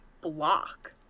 block